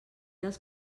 dels